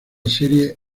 serie